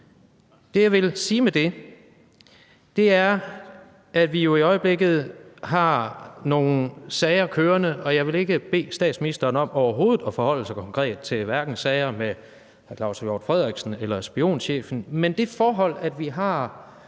Det, jeg vil sige med det, er, at vi jo i øjeblikket har nogle sager kørende, og jeg vil ikke bede statsministeren om overhovedet at forholde sig konkret til sagerne, hverken sagen med hr. Claus Hjort Frederiksen eller sagen med spionchefen, men til det forhold, at vi har